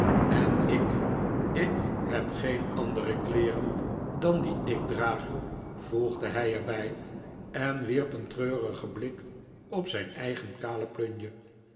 en ik ik heb geen andere kleeren dan die ik draag voegde hij er bij en wierp een treurigen blik op zijn eigen kale plunje